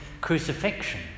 crucifixion